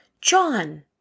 John